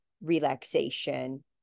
relaxation